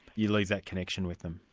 you lose that connection with them?